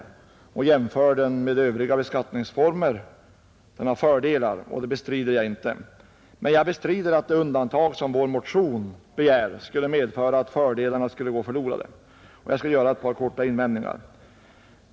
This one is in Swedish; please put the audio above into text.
Utskottet jämför den med övriga beskattningsformer och säger att den har fördelar. Detta bestrider jag inte. Men jag bestrider att det undantag som vi begär i vår motion skulle medföra att fördelarna går förlorade, och jag skall här göra ett par invändningar.